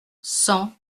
cent